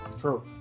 True